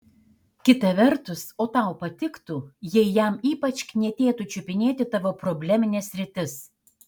kita vertus o tau patiktų jei jam ypač knietėtų čiupinėti tavo problemines sritis